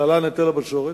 היטל הבצורת.